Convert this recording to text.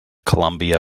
columbia